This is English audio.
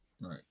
Right